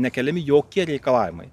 nekeliami jokie reikalavimai